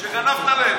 שגנבת להם.